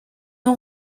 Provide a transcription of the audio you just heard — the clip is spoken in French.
ont